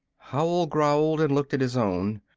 howell growled and looked at his own.